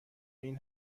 این